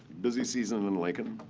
busy season in lincoln.